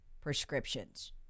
prescriptions